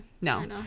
No